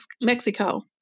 Mexico